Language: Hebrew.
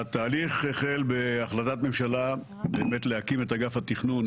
התהליך החל בהחלטת ממשלה להקים את אגף התכנון,